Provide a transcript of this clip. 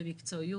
במקצועיות.